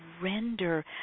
surrender